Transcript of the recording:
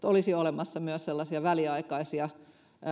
olisi olemassa myös sellaisia väliaikaisia